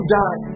die